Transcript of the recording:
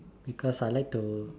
because I like to